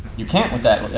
you can't with that